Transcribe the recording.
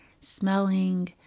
smelling